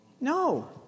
No